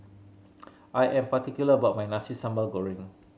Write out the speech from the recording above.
I am particular about my Nasi Sambal Goreng